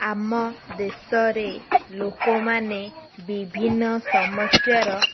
ଆମ ଦେଶରେ ଲୋକମାନେ ବିଭିନ୍ନ ସମସ୍ୟାର